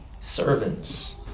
servants